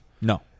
No